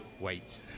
wait